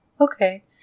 okay